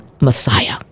Messiah